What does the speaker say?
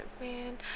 man